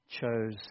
chose